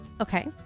Okay